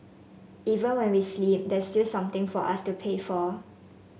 even when we sleep there's still something for us to pay for